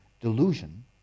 delusion